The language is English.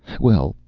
well,